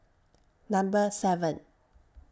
Number seven